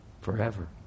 Forever